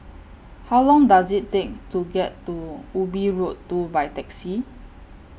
How Long Does IT Take to get to Ubi Road two By Taxi